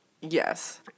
Yes